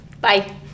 Bye